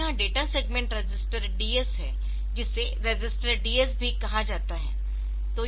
तो यह data segment register DS है जिसे रजिस्टर DS भी कहा जाता है